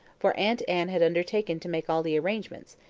for aunt anne had undertaken to make all the arrangements,